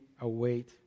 await